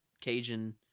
Cajun